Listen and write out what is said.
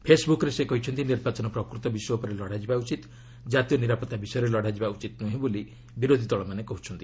ଫେସ୍ବୁକ୍ରେ ସେ କହିଛନ୍ତି ନିର୍ବାଚନ ପ୍ରକୃତ ବିଷୟ ଉପରେ ଲଢ଼ାଯିବା ଉଚିତ କାତୀୟ ନିରାପତ୍ତା ବିଷୟରେ ଲଢ଼ାଯିବା ଉଚିତ ନୁହେଁ ବୋଲି ବିରୋଧୀ ଦଳମାନେ କହୁଛନ୍ତି